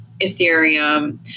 Ethereum